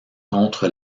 contre